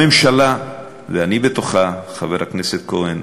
הממשלה, ואני בתוכה, חבר הכנסת כהן,